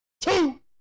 two